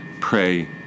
pray